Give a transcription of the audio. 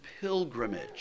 pilgrimage